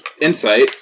insight